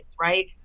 right